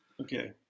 Okay